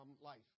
life